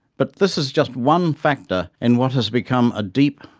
but this is just one factor in what has become a deep,